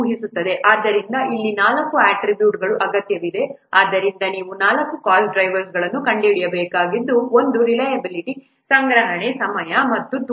ಆದ್ದರಿಂದ ಇಲ್ಲಿ ನಾಲ್ಕು ಅಟ್ರಿಬ್ಯೂಟ್ಗಳು ಅಗತ್ಯವಿದೆ ಆದ್ದರಿಂದ ನೀವು ನಾಲ್ಕು ಕಾಸ್ಟ್ ಡ್ರೈವರ್ಸ್ಅನ್ನು ಕಂಡುಹಿಡಿಯಬೇಕಾದ ಒಂದು ರಿಲೈಯಬಿಲಿಟಿ ಸಂಗ್ರಹಣೆ ಸಮಯ ಮತ್ತು ಟೂಲ್